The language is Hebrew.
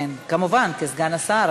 כן, כמובן, כסגן שר.